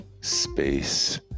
space